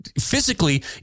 physically